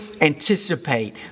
anticipate